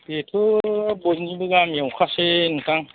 बेथ बयनिबो गामियाव खासै नोंथां